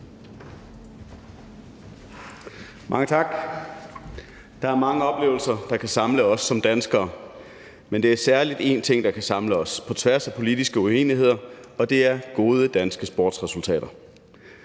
Mange tak. Der er mange oplevelser, der kan samle os som danskere, men der er særlig en ting, der kan samle os på tværs af politiske uenigheder, og det er gode danske sportsresultater